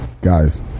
guys